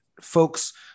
folks